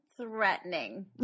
threatening